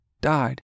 died